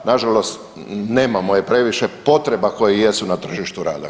Na žalost nemamo je previše potreba koje jesu na tržištu rada.